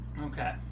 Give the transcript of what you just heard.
Okay